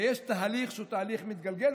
ויש תהליך שהוא תהליך מתגלגל,